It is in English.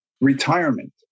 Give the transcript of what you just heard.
Retirement